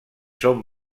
són